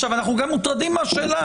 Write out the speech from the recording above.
עכשיו אנחנו גם מוטרדים מהשאלה,